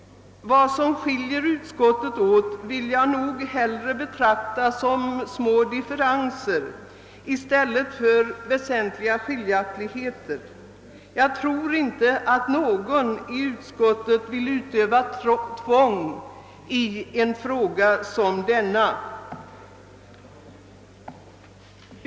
Vad som skiljer utskottsmajoriteten och reservanterna åt vill jag hellre betrakta som små differenser än som väsentliga skiljaktigheter. Jag tror inte att någon inom utskottet vill utöva tvång i en fråga som denna.